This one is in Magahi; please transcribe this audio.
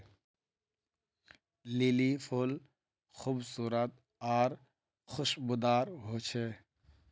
लिली फुल खूबसूरत आर खुशबूदार होचे